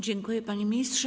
Dziękuję, panie ministrze.